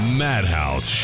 madhouse